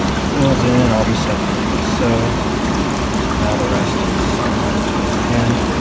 fills in all this stuff here. so now the rest is unfortunately by hand.